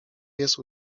jest